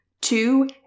Two